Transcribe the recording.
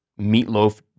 meatloaf